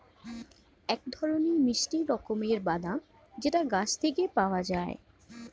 এক ধরনের মিষ্টি রকমের বাদাম যেটা গাছ থেকে পাওয়া যায়